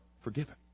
forgiven